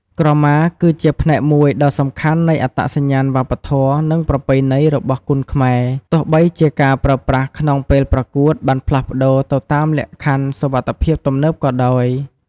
ក្រមាគឺជា ផ្នែកមួយដ៏សំខាន់នៃអត្តសញ្ញាណវប្បធម៌ និងប្រពៃណី របស់គុនខ្មែរ ទោះបីជាការប្រើប្រាស់ក្នុងពេលប្រកួតបានផ្លាស់ប្ដូរទៅតាមលក្ខខណ្ឌសុវត្ថិភាពទំនើបក៏ដោយ។